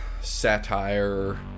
satire